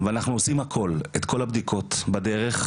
ואנחנו עושים הכול, את כל הבדיקות בדרך,